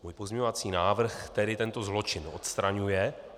Můj pozměňovací návrh tedy tento zločin odstraňuje.